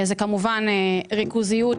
כמובן ריכוזיות,